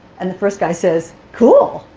and the first guy says, cool.